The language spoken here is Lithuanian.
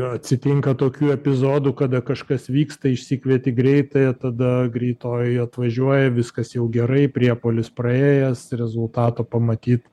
ir atsitinka tokių epizodų kada kažkas vyksta išsikvieti greitąją tada greitoji atvažiuoja viskas jau gerai priepuolis praėjęs rezultato pamatyt